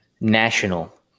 National